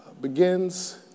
begins